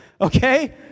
Okay